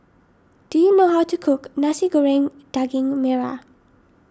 do you know how to cook Nasi Goreng Daging Merah